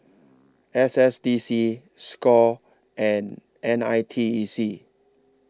S S D C SCORE and N I T E C